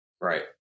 right